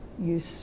use